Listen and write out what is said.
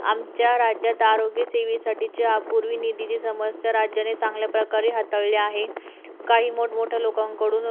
आमच्या राज्यात आरोग्य सेवेसाठीच्या अपूर्वी निधीची समस्या राज्याने चांगल्या प्रकारे हाताळली आहे काही मोठमोठ्या लोकांकडून